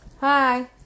Hi